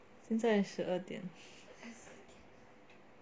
现在十二点